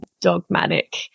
dogmatic